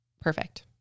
Perfect